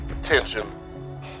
Attention